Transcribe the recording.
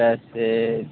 पैसे